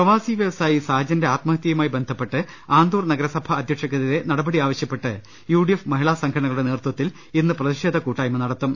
പ്രവാസി വൃവസായി സാജന്റെ ആത്മഹത്യയുമായി ബന്ധപ്പെട്ട് ആന്തൂർ നഗരസഭ അധ്യക്ഷക്കെതിരെ നടപടി ആവശ്യപ്പെട്ട് യുഡിഎഫ് മഹിളാസംഘടനകളുടെ നേതൃത്വത്തിൽ ഇന്ന് പ്രതിഷേധ കൂട്ടായ്മ നടത്തും